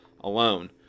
alone